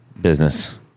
business